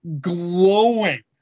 glowing